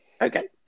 Okay